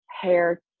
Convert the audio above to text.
hair